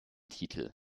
titel